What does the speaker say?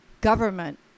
government